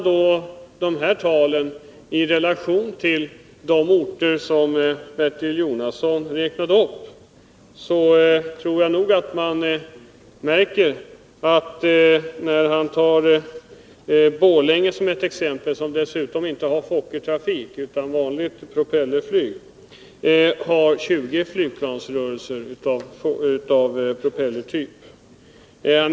Låt mig mot den bakgrunden göra en jämförelse med de orter som Bertil 55 Jonasson räknade upp. Han tog bl.a. som exempel Borlänge — som dessutom inte har Fokkertrafik utan vanligt propellerflyg — där man har 20 flygplansrörelser per dag.